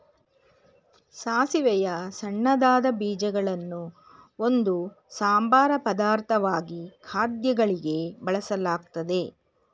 ಸಾಸಿವೆಯ ಸಣ್ಣದಾದ ಬೀಜಗಳನ್ನು ಒಂದು ಸಂಬಾರ ಪದಾರ್ಥವಾಗಿ ಖಾದ್ಯಗಳಿಗೆ ಬಳಸಲಾಗ್ತದೆ